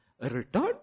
returned